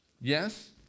Yes